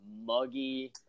muggy